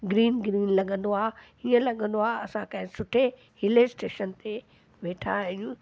green green लॻंदो आहे हीअं लॻंदो आहे असां कंहिं सुठे हिल स्टेशन ते वेठा आहियूं